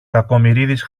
κακομοιρίδης